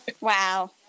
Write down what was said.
Wow